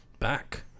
back